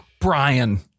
Brian